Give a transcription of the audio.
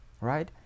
right